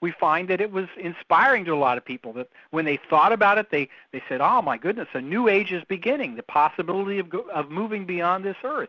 we find that it was inspiring to a lot of people, that when they thought about it, they they said, oh my goodness, a new age is beginning, the possibility of of moving beyond this earth,